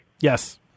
Yes